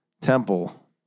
Temple